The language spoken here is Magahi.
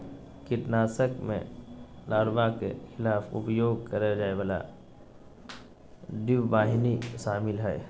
कीटनाशक में लार्वा के खिलाफ उपयोग करेय जाय वाला डिंबवाहिनी शामिल हइ